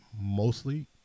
mostly